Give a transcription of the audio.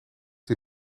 die